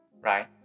right